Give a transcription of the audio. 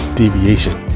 deviation